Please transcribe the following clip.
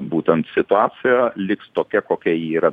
būtent situacija liks tokia kokia ji yra